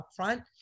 upfront